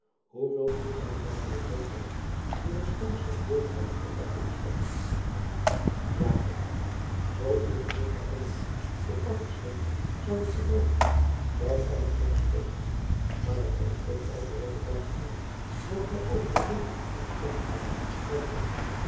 hoeveel genoegen ik mij van de terugreis door het schoonste gedeelte van europa voorstel jakob zoo uw gezigt maar eenigzins tot lagchen stond zou ik gelooven dat gij met mij spotte maar ik heb toch al te rotterdam gemerkt dat gij over de dingen wat anders denkt dan ik